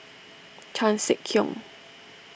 Chan Sek Keong